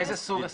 איזה סוג עסקים?